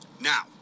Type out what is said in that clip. Now